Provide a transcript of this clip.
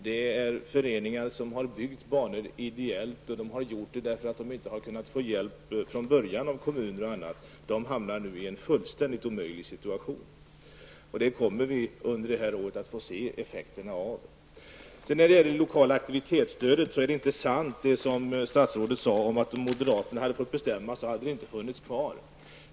Det gäller föreningar som har byggt banor ideellt, därför att de från början inte har kunnat få hjälp från kommunen och andra. De hamnar nu i en helt omöjlig situation. Under det här året kommer vi att få se effekterna av detta. När det gäller det lokala aktivitetsstödet är det inte sant som statsrådet sade, att om moderaterna hade fått bestämma så hade det inte funnits kvar.